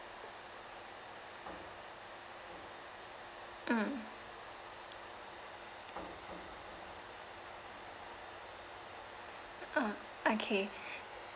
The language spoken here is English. mm uh okay